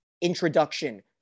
introduction